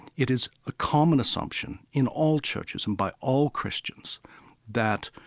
it is a common assumption in all churches and by all christians that